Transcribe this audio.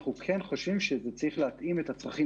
אנחנו כן חושבים שזה צריך להתאים לצרכים